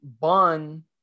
bun